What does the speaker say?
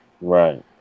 right